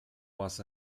was